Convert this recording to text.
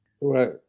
Right